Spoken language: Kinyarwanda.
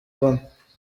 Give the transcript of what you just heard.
bamwe